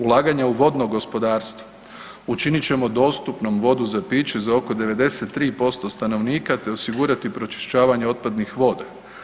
Ulaganje u vodno gospodarstvo, učinit ćemo dostupnom vodu za piće za oko 93% stanovnika te osigurati pročišćavanje otpadnih voda.